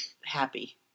happy